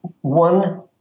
one